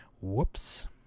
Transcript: whoops